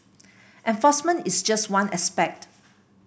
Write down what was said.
enforcement is just one aspect